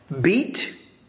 beat